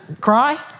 Cry